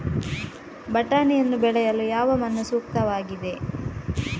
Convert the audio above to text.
ಬಟಾಣಿಯನ್ನು ಬೆಳೆಯಲು ಯಾವ ಮಣ್ಣು ಸೂಕ್ತವಾಗಿದೆ?